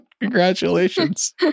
congratulations